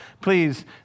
please